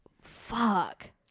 fuck